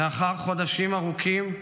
לאחר חודשים ארוכים,